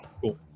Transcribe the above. Cool